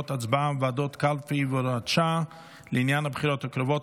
(הצבעה וועדות קלפי והוראות שעה לעניין הבחירות הקרובות),